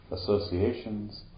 associations